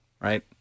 right